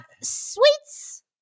Sweets